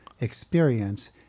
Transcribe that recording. experience